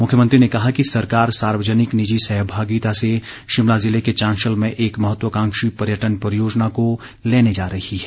मुख्यमंत्री ने कहा कि सरकार सार्यजनिक निजी सहभागिता से शिमला जिले के चांशल में एक महत्वकांक्षी पर्यटन परियोजना को लेने जा रही है